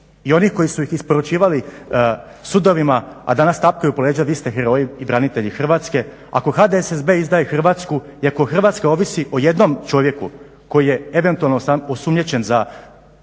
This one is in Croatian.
i oni koji su ih isporučivali sudovima, a danas tapkaju po leđima vi ste heroji i branitelji Hrvatske, ako HDSSB izdaje Hrvatsku i ako Hrvatska ovisi o jednom čovjeku koji je eventualno osumnjičen za